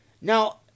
Now